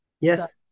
Yes